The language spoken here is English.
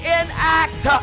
enact